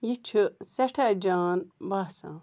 یہِ چھُ سٮ۪ٹھاہ جان باسان